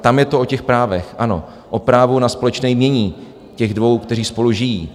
Tam je to o právech, ano, o právu na společné jmění těch dvou, kteří spolu žijí.